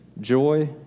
joy